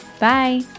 Bye